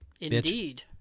Indeed